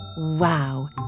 Wow